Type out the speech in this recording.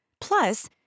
Plus